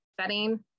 setting